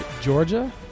Georgia